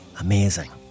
Amazing